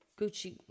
Gucci